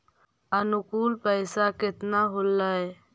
अनुकुल पैसा केतना होलय